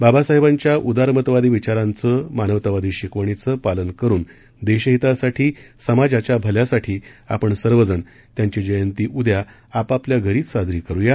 बाबासाहेबांच्या उदारमतवादी विचारांचं मानवतावादी शिकवणींचं पालन करुन देशहितासाठी समाजाच्या भल्यासाठी आपण सर्वजण त्यांची जयंती उद्या आपापल्या घरीच साजरी करुया